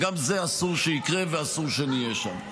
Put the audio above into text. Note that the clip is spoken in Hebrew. וגם זה אסור שיקרה ואסור שנהיה שם.